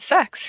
sex